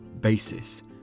basis